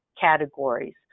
categories